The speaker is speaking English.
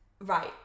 right